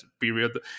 period